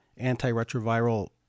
antiretroviral